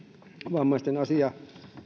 vammaisten asia